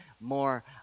more